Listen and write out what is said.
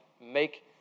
make